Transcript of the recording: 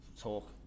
talk